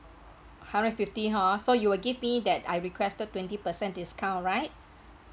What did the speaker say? hundred and fifty hor so you'll give me that I requested twenty percent discount right